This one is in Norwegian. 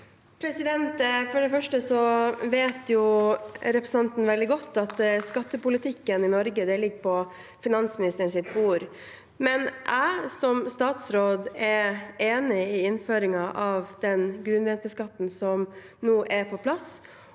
For det første vet representanten veldig godt at skattepolitikken i Norge ligger på finansministerens bord. Men jeg som statsråd er enig i innføringen av den grunnrenteskatten som nå er på plass,